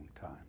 time